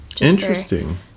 interesting